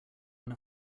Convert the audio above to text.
when